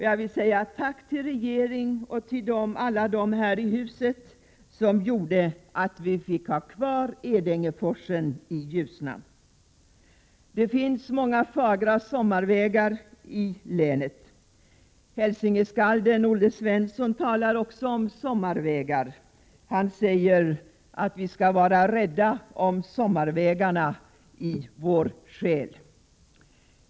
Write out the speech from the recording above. Jag vill säga tack till regeringen och till alla dem här i huset som gjorde att vi fick har kvar Edängeforsen i Ljusnan. Det finns många fagra sommarvägar i länet. Hälsingeskalden Olle Svensson talar också om sommarvägar — han säger att vi skall vara rädda om sommarvägarna i vår själ.